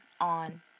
on